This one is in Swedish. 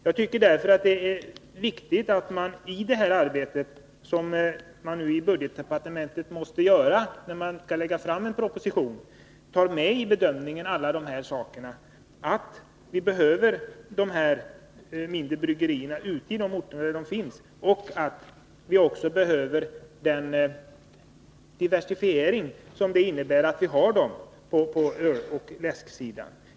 Jag tycker därför att det är viktigt att man i det arbete som måste göras i budgetdepartementet när man skall lägga fram en proposition tar med i bedömningen att vi behöver dessa mindre bryggerier i de orter där de finns och att vi också behöver den diversifiering som det innebär att vi har dem på öloch läsksidan.